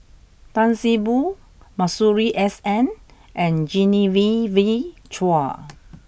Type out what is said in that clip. Tan See Boo Masuri S N and Genevieve Chua